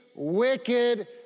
wicked